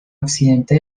occidente